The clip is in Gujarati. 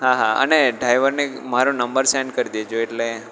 હા હા અને ડ્રાઇવરને મારો નંબર સેન્ડ કરી દેજો એટલે